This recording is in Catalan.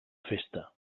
festa